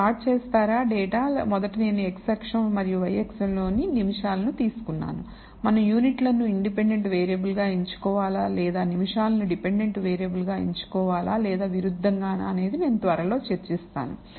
మీరు ప్లాట్ చేస్తారు డేటా మొదట నేను x అక్షం మరియు y అక్షం లోని నిమిషాలు తీసుకున్నాను మనం యూనిట్లను ఇండిపెండెంట్ వేరియబుల్ గా ఎంచుకోవాలా లేదా నిమిషాలను డిపెండెంట్ వేరియబుల్ గా ఎంచుకోవాలా లేదా విరుద్ధంగానా అనేది నేను త్వరలో చర్చిస్తాను